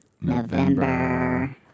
November